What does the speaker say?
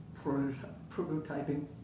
prototyping